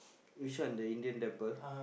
which one the Indian temple